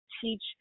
teach